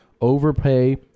overpay